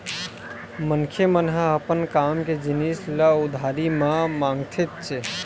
मनखे मन ह अपन काम के जिनिस ल उधारी म मांगथेच्चे